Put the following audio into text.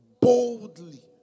Boldly